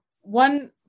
One